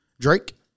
Drake